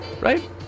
right